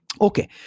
Okay